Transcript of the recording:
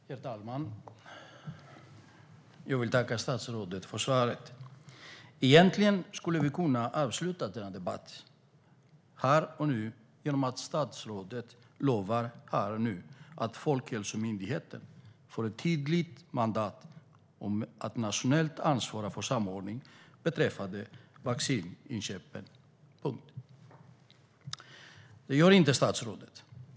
Herr talman! Jag vill tacka statsrådet för svaret. Egentligen skulle vi ha kunnat avsluta denna debatt här och nu genom att statsrådet här och nu lovade att Folkhälsomyndigheten skulle få ett tydligt mandat att nationellt ansvara för samordning beträffande vaccininköpen. Men det gör inte statsrådet.